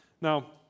Now